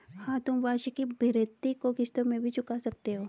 हाँ, तुम वार्षिकी भृति को किश्तों में भी चुका सकते हो